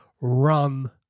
run